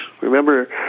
Remember